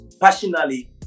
passionately